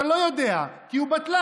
אתה לא יודע, כי הוא בטלן.